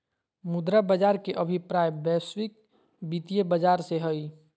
मुद्रा बाज़ार के अभिप्राय वैश्विक वित्तीय बाज़ार से हइ